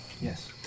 Yes